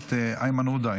הכנסת איימן עודה,